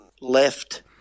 left